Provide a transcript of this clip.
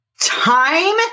Time